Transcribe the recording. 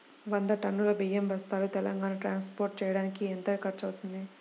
వంద టన్నులు బియ్యం బస్తాలు తెలంగాణ ట్రాస్పోర్ట్ చేయటానికి కి ఎంత ఖర్చు అవుతుంది?